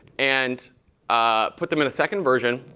and ah put them in a second version.